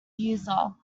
user